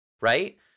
Right